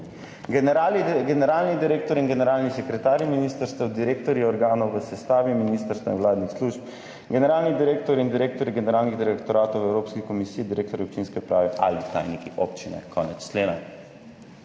generalni direktor in generalni sekretarji ministrstev, direktorji organov v sestavi ministrstev in vladnih služb, generalni direktor in direktorji generalnih direktoratov Evropske komisije, direktorji občinske uprave ali tajniki občine.«, konec člena.